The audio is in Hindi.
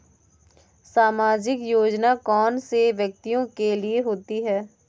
सामाजिक योजना कौन से व्यक्तियों के लिए होती है?